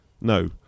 No